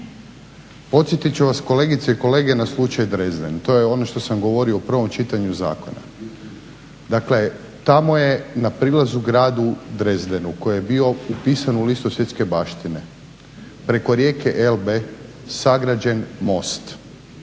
Podsjetit ću vas kolegice i kolege na slučaj Dresden, to je ono što sam govorio u prvom čitanju zakona. Dakle, tamo je na prilazu gradu Dresedenu koji je bio u upisan u listu svjetske baštine preko rijeke Elbe sagrađen most,